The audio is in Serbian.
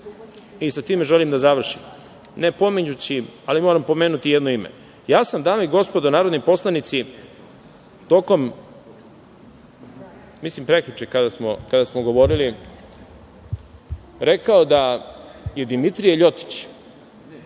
i sa time želim da završim, ne pominjući, ali moram pomenuti jedno ime, ja sam dame i gospodo narodni poslanici, tokom, mislim prekjuče kada smo govorili, rekao da je Dimitrije Ljotić,